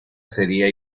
sería